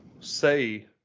say